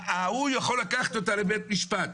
ההוא יכול לקחת אותה לבית משפט.